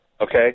Okay